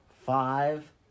Five